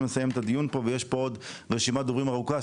לסיים את הדיון ויש עוד רשימת דוברים ארוכה.